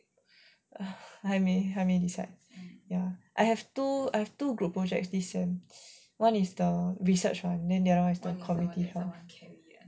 还没还没 decide ya I have two group projects this sem one is the research [one] then the other one is the community health care